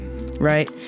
Right